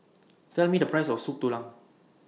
Tell Me The Price of Soup Tulang